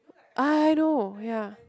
I know ya